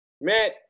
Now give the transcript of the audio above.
Matt